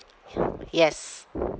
yes